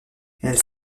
elle